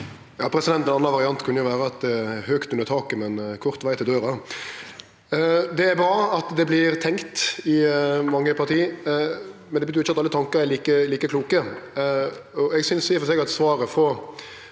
Ein annan vari- ant kunne jo vere at det er høgt under taket, men kort veg til døra. Det er bra at det vert tenkt i mange parti, men det betyr ikkje at alle tankar er like kloke. Eg synest i og for seg at svaret frå